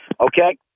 Okay